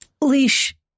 leash